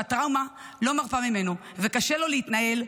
שהטראומה לא מרפה ממנו וקשה לו להתנהל,